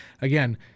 Again